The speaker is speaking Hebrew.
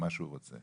מה שהוא רוצה,